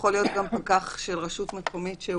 יכול להיות גם פקח של רשות מקומית שהוא